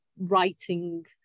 writing